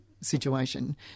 situation